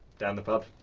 down the pub.